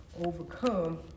Overcome